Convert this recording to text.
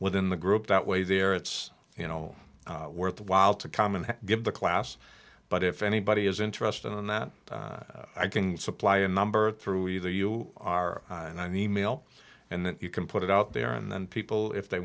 within the group that way there it's you know worthwhile to come and give the class but if anybody is interested in that i can supply a number through either you are on the mail and you can put it out there and people if they